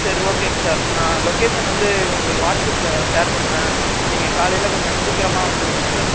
சரி ஓகேங்க சார் நான் லொக்கேஷன் வந்து உங்களுக்கு வாட்ஸ்அப்பில் ஷேர் பண்ணுறேன் நீங்கள் காலையில் கொஞ்சம் சீக்கிரமா வந்துடுங்க சார்